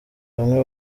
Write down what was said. bamwe